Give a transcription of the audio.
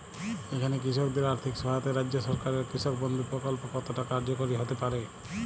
এখানে কৃষকদের আর্থিক সহায়তায় রাজ্য সরকারের কৃষক বন্ধু প্রক্ল্প কতটা কার্যকরী হতে পারে?